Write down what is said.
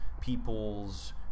people's